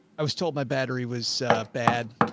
i was told my battery was bad.